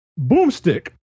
Boomstick